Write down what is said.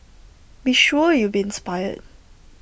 be sure you'll be inspired